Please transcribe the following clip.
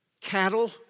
Cattle